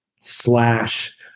slash